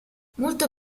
molto